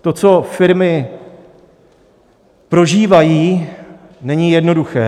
To, co firmy prožívají, není jednoduché.